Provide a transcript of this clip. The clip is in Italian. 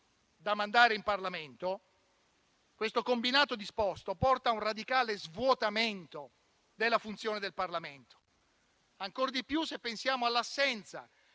da mandare in Parlamento. Questo combinato disposto porta a un radicale svuotamento della funzione del Parlamento, ancor di più se pensiamo all'assenza